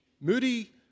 Moody